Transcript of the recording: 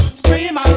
scream